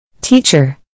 Teacher